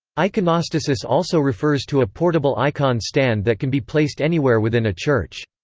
iconostasis also refers to a portable icon stand that can be placed anywhere within a church.